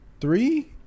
three